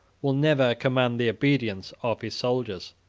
will never command the obedience, of his soldiers.